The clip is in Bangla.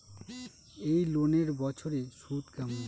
এই লোনের বছরে সুদ কেমন?